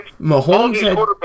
Mahomes